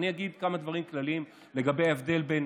אגיד כמה דברים כלליים לגבי ההבדל בין